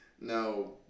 No